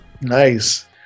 Nice